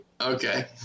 Okay